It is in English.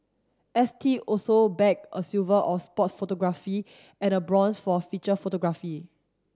S T also bagged a silver or sport photography and a bronze for feature photography